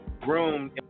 groomed